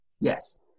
Yes